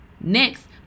next